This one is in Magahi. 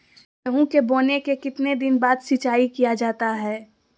गेंहू के बोने के कितने दिन बाद सिंचाई किया जाता है?